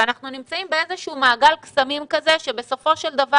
אנחנו נמצאים באיזשהו מעגל קסמים שבסופו של דבר